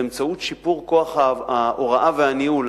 באמצעות שיפור כוח ההוראה והניהול,